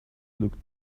looked